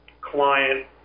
client